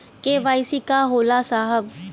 KYC का होला साहब?